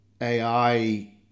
AI